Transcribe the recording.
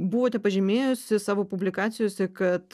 buvote pažymėjusi savo publikacijose kad